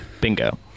Bingo